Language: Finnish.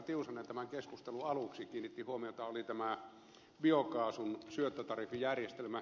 tiusanen tämän keskustelun aluksi kiinnitti huomiota on tämä biokaasun syöttötariffijärjestelmä